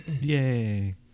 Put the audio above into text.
yay